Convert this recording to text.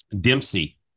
Dempsey